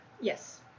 Yes